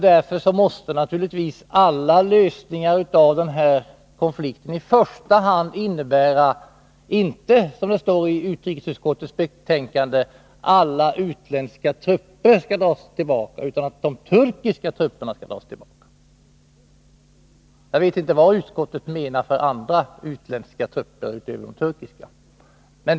Därför måste naturligtvis alla lösningar av den här konflikten i första hand innebära, inte som det står i utrikesutskottets betänkande att alla utländska trupper skall dras tillbaka, utan att de turkiska trupperna skall dras tillbaka. Jag vet inte vilka andra utländska trupper än de turkiska som utskottet kan åsyfta.